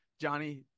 Johnny